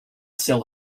sell